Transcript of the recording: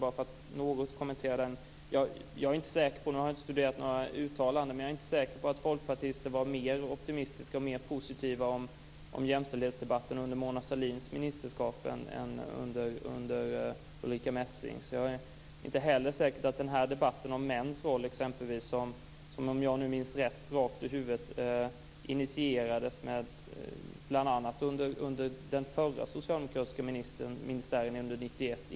Jag har inte studerat några uttalanden, men jag är inte säker på att folkpartister var mer optimistiska och mer positiva till jämställdhetsdebatten under Mona Sahlins ministerskap än under Ulrica Messings. Den här debatten om männens roll initierades, om jag minns rätt, bl.a. under den förra socialdemokratiska ministären före 1991.